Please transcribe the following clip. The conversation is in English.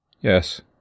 Yes